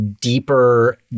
deeper